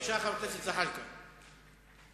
שניכם הסתפקתם בסוף.